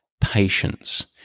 patience